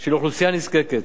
של אוכלוסייה נזקקת.